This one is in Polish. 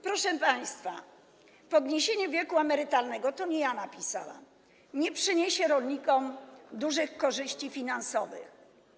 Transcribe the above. Proszę państwa, podniesienie wieku emerytalnego - to nie ja napisałam - nie przyniesie rolnikom dużych korzyści finansowych.